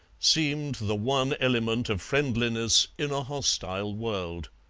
seemed the one element of friendliness in a hostile world.